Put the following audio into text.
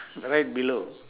right below